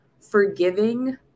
forgiving